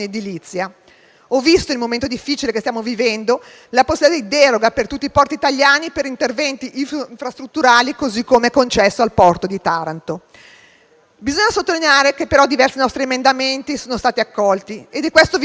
visto il momento difficile che stiamo vivendo, non avete concesso la possibilità di deroga per tutti i porti italiani per interventi infrastrutturali, così come concesso al porto di Taranto. Bisogna sottolineare, però, che diversi nostri emendamenti sono stati accolti e di questo vi diamo atto,